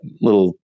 little